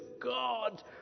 God